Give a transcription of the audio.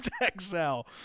excel